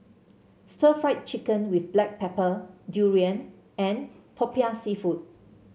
Stir Fried Chicken with Black Pepper durian and popiah seafood